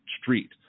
street